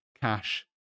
cash